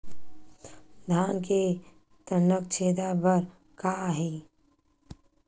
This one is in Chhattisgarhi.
धान के तनक छेदा बर का हे?